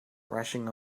rushing